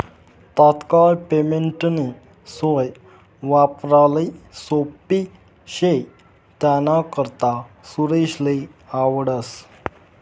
तात्काय पेमेंटनी सोय वापराले सोप्पी शे त्यानाकरता सुरेशले आवडस